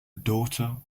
daughter